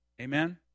Amen